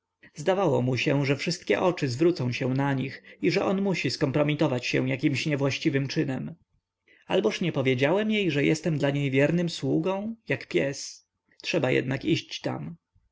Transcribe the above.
zdawało mu się że wszystkie oczy zwrócą się na nich i że on musi skompromitować się jakimś niewłaściwym czynem alboż nie powiedziałem jej że jestem dla nich wiernym sługą jak pies trzeba jednak iść tam